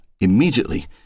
immediately